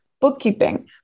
bookkeeping